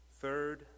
Third